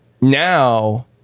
now